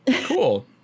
cool